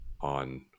on